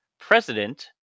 president